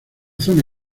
zona